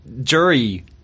Jury